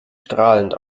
strahlend